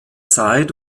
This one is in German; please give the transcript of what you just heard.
zeit